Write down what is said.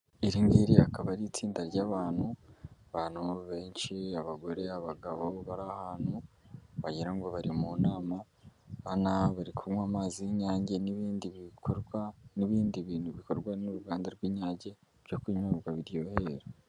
Iri ngiri akaba ari itsinda ry'abantu bantu benshi abagore n'abagabo bari ahantu wagira ngo bari mu nama urabona bari kunywa amazi y'inyange n'ibindi bikorwa n'ibindi bintu bikorwa n'uruganda rw'inyange byo kunywabwa biryohera.